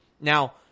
Now